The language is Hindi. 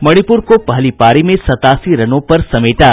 मणिपुर को पहली पारी में सत्तासी रनों पर समेटा